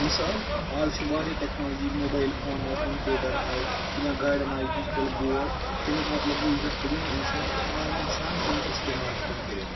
مِثَال اَز چھِ وَاریاہ ٹیٚکنالجِی مُوبایِل فون آو کَمپیوٹَر آو یا گاڑؠن آیہِ ڈِجٹَل بورڈ تَمِیُک مَطلب گوٚو یُس زَن پٔڑیٖن اِنسان سُہ چھُ آرام سان تَمِیُک اِستعمال ہیٚکان کٔرِتھ